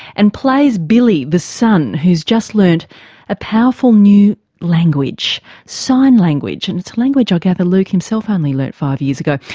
and plays billy, the son, who's just learned a powerful new language sign language. and it's a language i gather luke himself only learned five years ago.